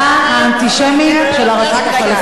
לפעול לשינוי ההחלטה האנטישמית של הרשות הפלסטינית.